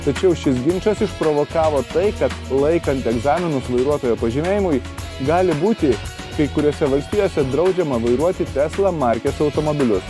tačiau šis ginčas išprovokavo tai kad laikant egzaminus vairuotojo pažymėjimui gali būti kai kuriose valstijose draudžiama vairuoti tesla markės automobilius